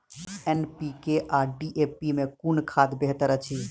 NPK आ DAP मे कुन खाद बेहतर अछि?